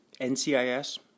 NCIS